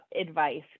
advice